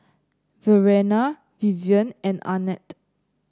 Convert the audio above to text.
Verena Vivien and Arnett